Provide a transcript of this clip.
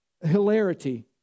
hilarity